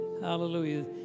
hallelujah